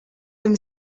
them